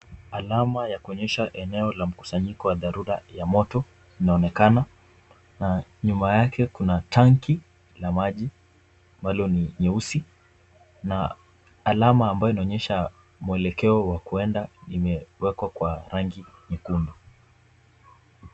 Alama ya kuonyesha eneo la mkusanyiko wa dharura ya moto inaonekana na nyuma yake kuna tanki la maji ambalo ni nyeusi na alama ambayo inaonyesha mwelekeo wa kuenda limewekwa kwa rangi nyekundu.